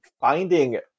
finding